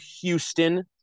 Houston